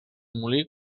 molí